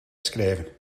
schrijven